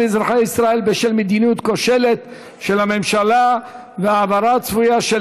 אזרחי ישראל בשל מדיניות כושלת של הממשלה והעברה צפויה של